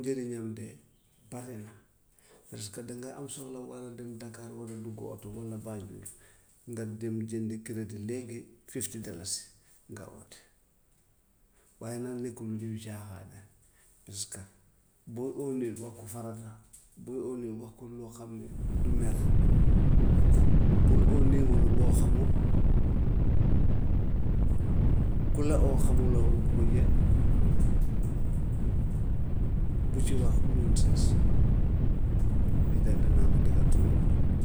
Njëriñam de bari na, parce que danga am soxla war a dem dakar, war a dugg oto, walla banjul, nga dem jëndi crédit léegi fifty dalasi nga oote. Waaye nag nekkul luy caaxaanee, parce que booy oo nit wax ko farata booy oo nit wax ko loo xam ne du mer. Bul oo numéro boo xamut, ku la oo xamuloo ko bu ko jël, bu ci wax lu lii daal danaa ko digal suma doom.